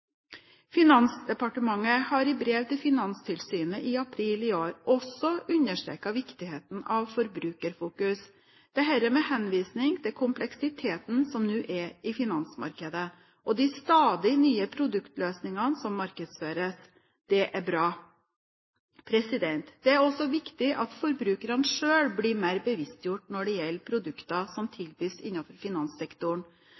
Finansdepartementet har i brev til Finanstilsynet i april i år også understreket viktigheten av forbrukerfokus – dette med henvisning til kompleksiteten som nå er i finansmarkedet, og de stadig nye produktløsningene som markedsføres. Det er bra. Det er også viktig at forbrukerne selv blir mer bevisstgjorte når det gjelder produkter som